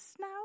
now